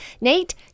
Nate